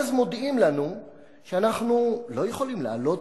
אז מודיעים לנו שאנחנו לא יכולים להעלות